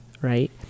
right